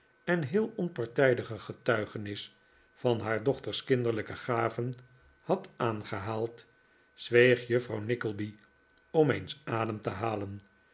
en heel onpartijdige getuigenis van naar dochters kinderlijke gaven had aangehaald zweeg juffrouw nickleby om eens adem te halen